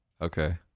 Okay